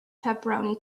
pepperoni